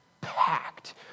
packed